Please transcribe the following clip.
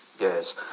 Yes